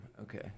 Okay